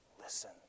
listen